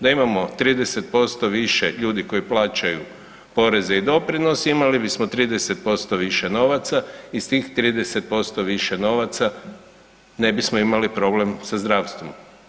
Da imamo 30% više ljudi koji plaćaju poreze i doprinose imali bismo 30% više novaca, iz tih 30% više novaca ne bismo imali problem sa zdravstvom.